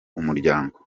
umuryango